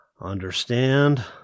Understand